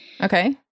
Okay